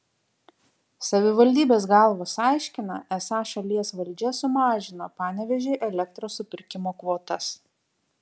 savivaldybės galvos aiškina esą šalies valdžia sumažino panevėžiui elektros supirkimo kvotas